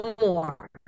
more